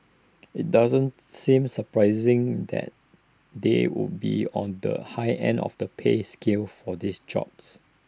IT doesn't seem surprising that they would be on the high end of the pay scale for these jobs